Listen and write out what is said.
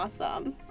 awesome